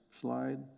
slide